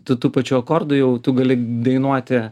tų tų pačių akordų jau tu gali dainuoti